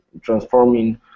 transforming